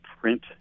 print